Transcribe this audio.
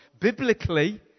biblically